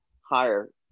higher